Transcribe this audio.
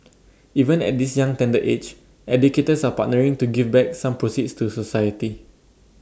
even at this young tender age educators are partnering to give back some proceeds to society